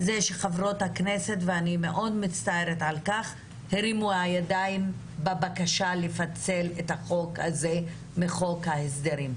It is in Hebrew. זה שחברות הכנסת הרימו ידיים על הבקשה לפצל את החוק הזה מחוק ההסדרים.